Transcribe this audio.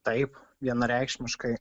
taip vienareikšmiškai